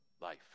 life